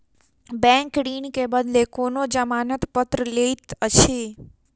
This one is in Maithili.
बैंक ऋण के बदले कोनो जमानत पत्र लैत अछि